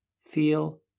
feel